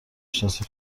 شناسی